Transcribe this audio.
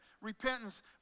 repentance